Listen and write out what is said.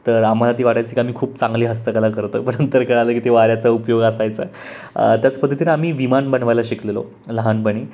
तर आम्हाला ती वाटायचं की आम्ही खूप चांगली हस्तकला करतो आहे पण नंतर कळलं की ती वाऱ्याचा उपयोग असायचा त्याच पद्धतीनं आम्ही विमान बनवायला शिकलेलो लहानपणी